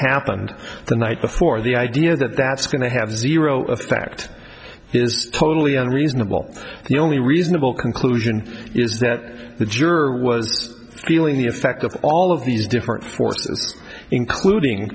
happened the night before the idea that that's going to have zero effect is totally unreasonable the only reasonable conclusion is that the juror was feeling the effect of all of these different forces including